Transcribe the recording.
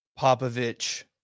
Popovich